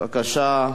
בבקשה.